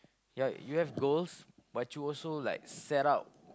yeah you have goals but you also like set up